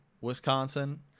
Wisconsin